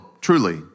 truly